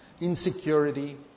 Insecurity